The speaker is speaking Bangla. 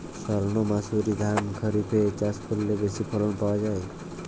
সর্ণমাসুরি ধান খরিপে চাষ করলে বেশি ফলন পাওয়া যায়?